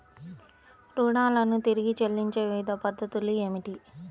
రుణాలను తిరిగి చెల్లించే వివిధ పద్ధతులు ఏమిటి?